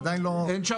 אין.